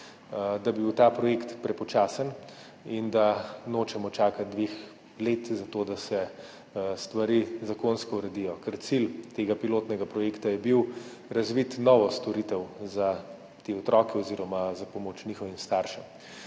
bi bil ta projekt prepočasen in da nočemo čakati dve leti za to, da se stvari zakonsko uredijo, ker cilj tega pilotnega projekta je bil razviti novo storitev za te otroke oziroma za pomoč njihovim staršem.